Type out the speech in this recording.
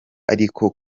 ariko